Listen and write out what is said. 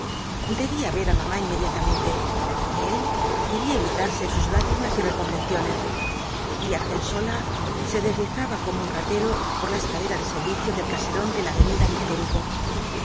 debía ver á mamá inmediatamente él quería evitarse sus lágrimas y reconvenciones y argensola se deslizaba como un ratero por la escalera de servicio del caserón de la avenida víctor hugo